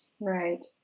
right